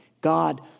God